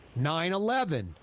9-11